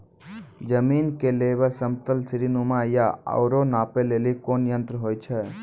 जमीन के लेवल समतल सीढी नुमा या औरो नापै लेली कोन यंत्र होय छै?